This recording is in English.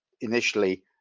initially